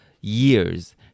years